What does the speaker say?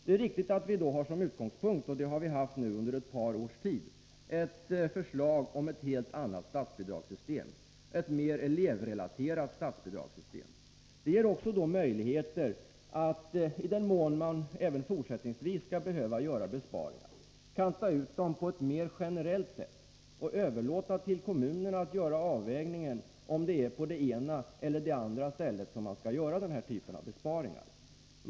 Det är riktigt att vi då haft som utgångspunkt — och det har vi haft under ett par års tid — ett förslag om ett helt annat, elevrelaterat statsbidragssystem. I den mån man även fortsättningsvis behöver göra besparingar ger det systemet möjligheter att ta ut dem på ett mer generellt sätt och att överlåta till kommunerna att avväga om besparingar skall göras på det ena eller andra stället.